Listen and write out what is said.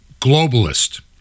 globalist